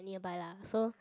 nearby lah so